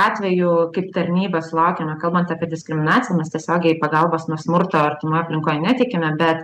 atvejų kaip tarnyba sulaukėme kalbant apie diskriminaciją nes tiesiogiai pagalbos nuo smurto artimoj aplinkoj neteikiame bet